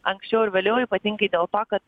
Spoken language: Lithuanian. anksčiau ar vėliau ypatingai dėl to kad